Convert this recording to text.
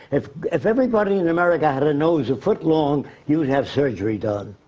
if if everybody in america had and a nose a foot long, you'd have surgery done.